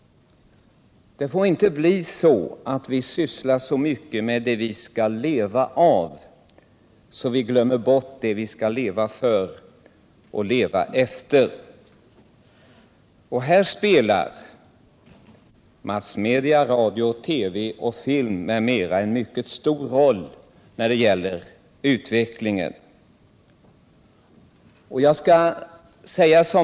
Det får inte bli så att vi sysslar så mycket med det som vi skall leva av att vi glömmer bort det som vi skall leva för och leva efter. Och där spelar massmedierna — radio, TV, film m.m. — en mycket stor roll för utvecklingen.